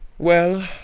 well,